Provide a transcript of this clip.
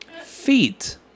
Feet